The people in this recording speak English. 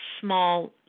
small